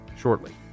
shortly